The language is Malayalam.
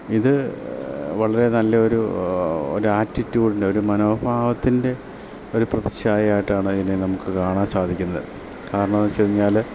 ഇത് വളരെ നല്ലൊരു ഒരു ആറ്റിറ്റൂഡിൻ്റെ ഒരു മനോഭാവത്തിൻ്റെ ഒരു പ്രതിഛായായിട്ടാണ് ഇതിനെ നമുക്ക് കാണാൻ സാധിക്കുന്നത് കാരണം എന്ന് വെച്ച് കഴിഞ്ഞാൽ